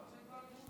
כמה זמן נחוץ לך?